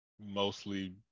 mostly